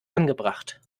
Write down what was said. angebracht